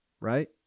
right